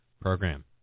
program